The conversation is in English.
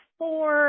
four